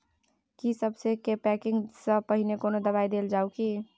की सबसे के पैकिंग स पहिने कोनो दबाई देल जाव की?